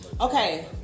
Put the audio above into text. Okay